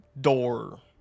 door